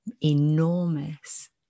enormous